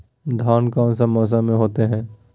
धान कौन सा मौसम में होते है?